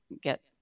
get